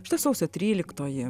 šita sausio tryliktoji